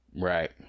Right